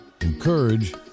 encourage